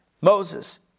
Moses